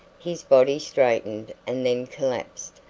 his body straightened and then collapsed,